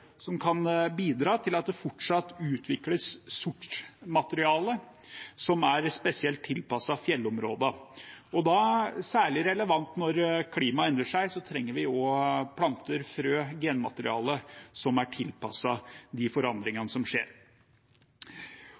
som kan bidra til at det fortsatt utvikles sortsmateriale som er spesielt tilpasset fjellområdene. Det er særlig relevant når klimaet endrer seg – vi trenger planter, frø og genmateriale som er tilpasset de forandringene som skjer.